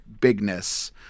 bigness